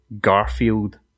Garfield